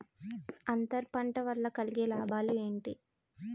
అంతర పంట వల్ల కలిగే లాభాలు ఏంటి